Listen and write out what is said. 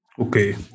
okay